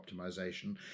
optimization